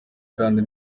kandi